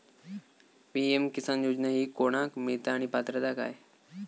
PM किसान योजना ही कोणाक मिळता आणि पात्रता काय?